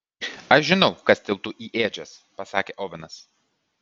aš žinau kas tilptu į ėdžias pasakė ovenas